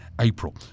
April